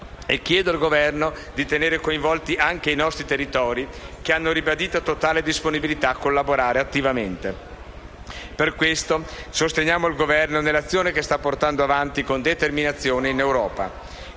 inoltre al Governo di tenere coinvolti anche i nostri territori che hanno ribadito totale disponibilità a collaborare attivamente. Per questo sosteniamo il Governo nell'azione che sta portando avanti, con determinazione, in Europa,